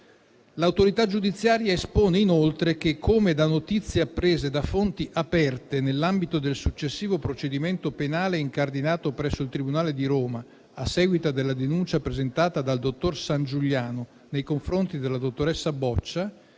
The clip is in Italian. L'autorità giudiziaria espone inoltre - come da notizie apprese da fonti aperte nell'ambito del successivo procedimento penale incardinato presso il Tribunale di Roma, a seguito della denuncia presentata dal dottor Sangiuliano nei confronti della dottoressa Boccia